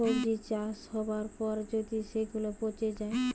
সবজি চাষ হবার পর যদি সেগুলা পচে যায়